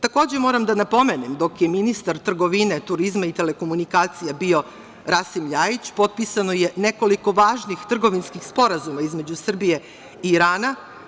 Takođe, moram da napomenem, dok je ministar trgovine, turizma i telekomunikacija bio Rasim Ljajić, potpisano je nekoliko važnih trgovinskih sporazuma između Srbije i Irana.